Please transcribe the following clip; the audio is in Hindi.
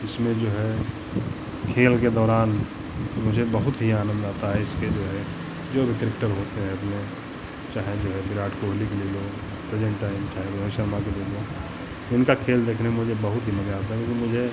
इसमें जो है खेल के दौरान मुझे बहुत ही आनंद आता है इसके जो है जो भी क्रिकेटर होते हैं अपने चाहे जो हैं विराट कोहली को ले लो प्रेज़ेन्ट टाइम चाहे रोहित शर्मा को ले लो इनका खेल देखने में मुझे बहुत ही मज़ा आता है लेकिन मुझे